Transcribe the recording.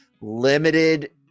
limited